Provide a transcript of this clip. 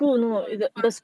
horri~ 饭